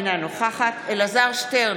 אינה נוכחת אלעזר שטרן,